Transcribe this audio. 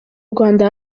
rwanda